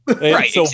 right